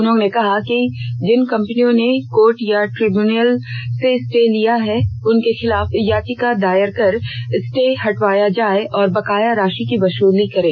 उन्होंने कहा है कि जिन कंपनियों ने कोर्ट या ट्रिब्यूनल से स्टे ले लिया है उनके खिलाफ याचिका दायर कर स्टे हटवाया जाए और बकाया राषि की वसूली करें